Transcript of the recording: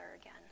again